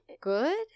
good